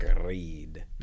Agreed